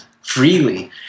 freely